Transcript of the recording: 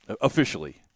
Officially